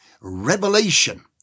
Revelation